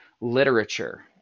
literature